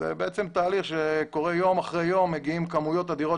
תהליך שקורה יום אחרי יום שמגיעים בכמויות אדירות